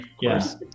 yes